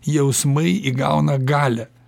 jausmai įgauna galią